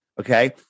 Okay